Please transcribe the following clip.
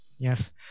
Yes